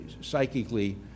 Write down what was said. psychically